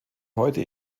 heute